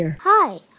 hi